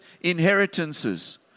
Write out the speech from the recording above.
inheritances